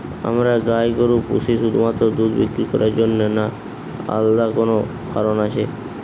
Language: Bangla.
আমরা গাই গরু পুষি শুধুমাত্র দুধ বিক্রি করার জন্য না আলাদা কোনো কারণ আছে?